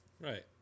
Right